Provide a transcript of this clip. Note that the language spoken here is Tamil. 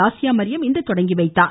ஆசியாமரியம் இன்று தொடங்கி வைத்தார்